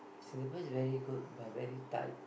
Singapore is very good but very tight